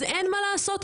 אז מה לעשות,